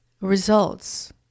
results